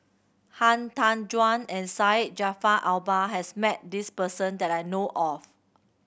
Han Tan Juan and Syed Jaafar Albar has met this person that I know of